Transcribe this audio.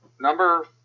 number